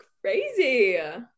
crazy